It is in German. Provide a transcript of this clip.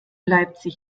leipzig